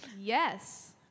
Yes